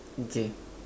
okay